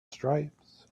stripes